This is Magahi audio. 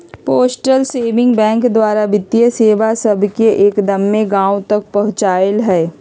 पोस्टल सेविंग बैंक द्वारा वित्तीय सेवा सभके एक्दम्मे गाँव तक पहुंचायल हइ